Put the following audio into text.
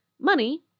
Money